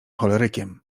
cholerykiem